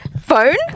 phone